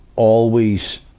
always